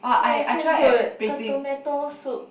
ya is damn good the tomato soup